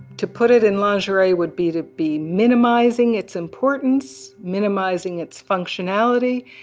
to put it in lingerie would be to be minimizing its importance, minimizing its functionality.